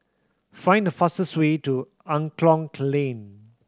find the fastest way to Angklong Lane